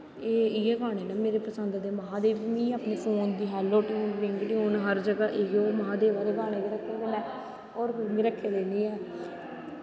इयैं गानें पसंद ऐं ते महांदेव दे में अपनें फोन दी हैलो टयून रिंगटयून सब जगा इयो महांदेव आह्ले गानें गै रक्खे दे न होर कोई रक्खे दे नी हैंन